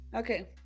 Okay